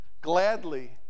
gladly